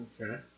Okay